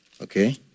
Okay